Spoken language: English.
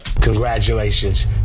Congratulations